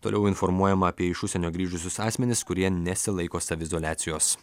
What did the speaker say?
toliau informuojama apie iš užsienio grįžusius asmenis kurie nesilaiko saviizoliacijos